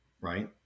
right